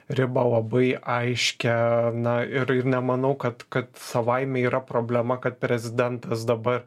ribą labai aiškią na ir ir nemanau kad kad savaime yra problema kad prezidentas dabar